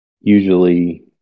usually